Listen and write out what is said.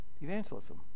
Evangelism